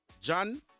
John